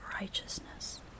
righteousness